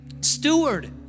steward